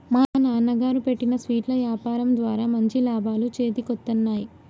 మా నాన్నగారు పెట్టిన స్వీట్ల యాపారం ద్వారా మంచి లాభాలు చేతికొత్తన్నయ్